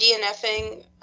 dnfing